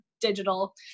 digital